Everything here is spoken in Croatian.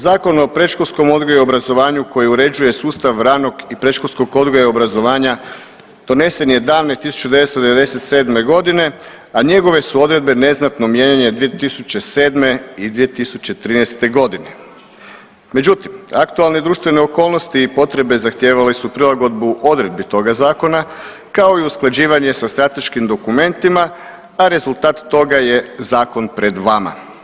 Zakon o predškolskom odgoju i obrazovanju koji uređuje sustav ranog i predškolskog odgoja i obrazovanja donesen je davne 1997. g., a njegove su odredbe neznatno mijenjane 2007. i 2013. g. Međutim, aktualne društvene okolnosti i potrebe zahtijevale su prilagodbu odredbi toga Zakona, kao i usklađivanje sa strateškim dokumentima, a rezultat toga je zakon pred vama.